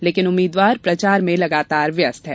लेकिन उम्मीदवार प्रचार में लगातार व्यस्त हैं